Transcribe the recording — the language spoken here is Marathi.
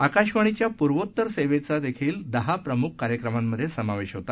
आकाशवाणीच्या पूर्वेत्तर सेवेचा देखील दहा प्रमुख कार्यक्रमांमध्ये समावेश होता